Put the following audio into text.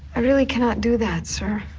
i really cannot do that, sir.